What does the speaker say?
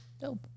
Dope